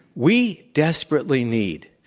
we desperately need,